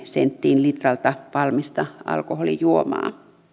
senttiin litralta valmista alkoholijuomaa